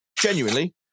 genuinely